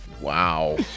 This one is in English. Wow